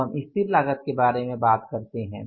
अब हम स्थिर लागत के बारे में बात करते हैं